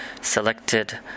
selected